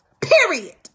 Period